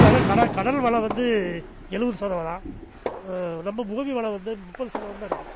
பார்த்தா கட கடல் வளம் வந்து எழுவது சதவீதம் நம்ம பூமி வளம் வந்து முப்பது சதவீதம் தான் இருக்குது